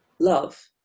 love